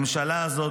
הממשלה הזאת,